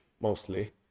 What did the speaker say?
mostly